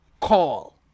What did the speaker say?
call